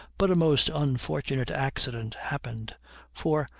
but a most unfortunate accident happened for,